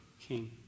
king